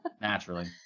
naturally